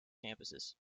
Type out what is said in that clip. campuses